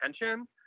attention